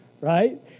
right